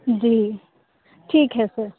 जी ठीक है सर